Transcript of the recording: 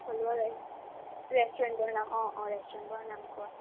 থলুৱা ৰে ৰেষ্টুৰেন্টৰ নাম অঁ অঁ ৰেষ্টুৰেন্টবোৰৰ নাম কোৱা